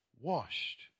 washed